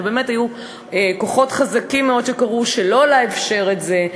ובאמת היו כוחות חזקים מאוד שקראו שלא לאפשר את זה,